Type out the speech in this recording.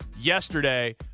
yesterday